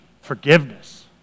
forgiveness